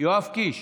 יואב קיש.